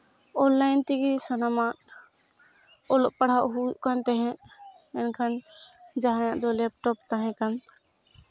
online ᱛᱮᱜᱮ ᱥᱟᱱᱟᱢᱟᱜ ᱚᱞᱚᱜ ᱯᱟᱲᱦᱟᱜ ᱦᱩᱭᱩᱜ ᱠᱟᱱ ᱛᱟᱦᱮᱸᱫ ᱢᱮᱱᱠᱷᱟᱱ ᱡᱟᱦᱟᱸᱭᱟᱜ ᱫᱚ ᱞᱮᱯᱴᱚᱯ ᱛᱟᱦᱮᱸ ᱠᱟᱱᱟ